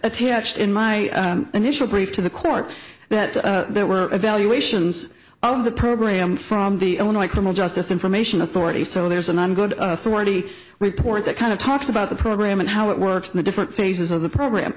attached in my initial brief to the court that there were evaluations of the program from the illinois promote justice information authority so there's an on good authority report that kind of talks about the program and how it works in the different phases of the program